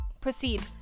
Proceed